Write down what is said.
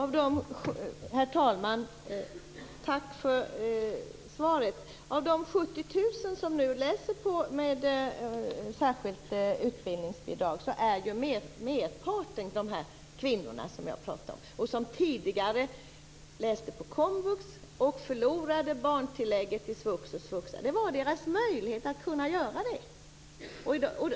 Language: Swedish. Herr talman! Tack för svaret. Av de 70 000 som nu studerar med särskilt utbildningsbidrag är merparten de kvinnor som jag pratade om. De läste tidigare på komvux och förlorade barntillägget i svux och svuxa. Det var ju deras möjlighet att studera.